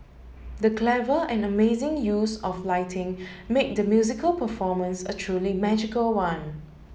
the clever and amazing use of lighting made the musical performance a truly magical one